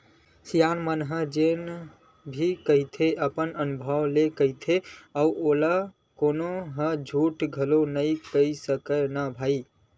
सियान मन ह जेन भी कहिथे अपन अनभव ले कहिथे अउ ओला कोनो ह झुठला घलोक नइ सकय न भई